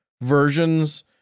versions